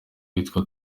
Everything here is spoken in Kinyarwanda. yitwa